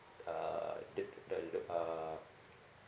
uh the the the the uh